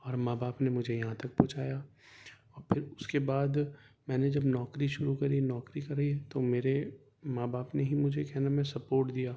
اور ماں باپ نے مجھے یہاں تک پہنچایا پھر اس کے بعد میں نے جب نوکری شروع کری نوکری کری تو میرے ماں باپ نے ہی مجھے کیا نام ہے سپورٹ دیا